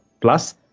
Plus